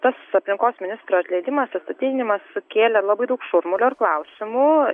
tas aplinkos ministro atleidimas atstatydinimas sukėlė labai daug šurmulio ir klausimų